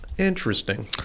Interesting